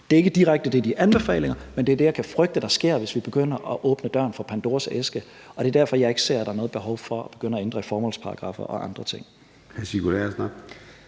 det, der er i de anbefalinger, men det er det, jeg kan frygte sker, hvis vi begynder at åbne låget for Pandoras æske. Og det er derfor, jeg ikke ser, der er noget behov for at begynde at ændre i formålsparagraffer og andre ting.